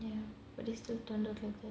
ya but they still turned out okay